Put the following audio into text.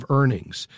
earnings